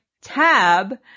tab